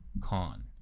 Con